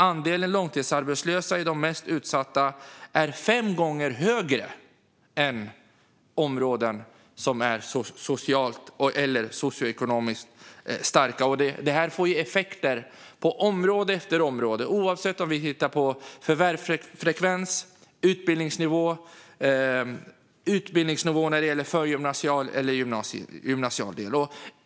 Andelen långtidsarbetslösa i de mest utsatta områdena är fem gånger högre än i områden som är socioekonomiskt starka. Detta får effekter på område efter område, oavsett om vi tittar på förvärvsfrekvens eller utbildningsnivå, till exempel förgymnasial eller gymnasial utbildning.